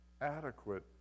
Adequate